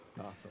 Awesome